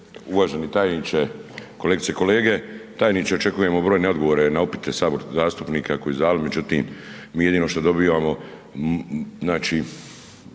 Uvaženi tajniče, kolegice i kolege, tajniče očekujemo brojne odgovore na upite saborskih zastupnika koji su dali, međutim mi jedino šta dobivamo znači